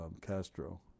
Castro